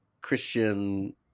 Christian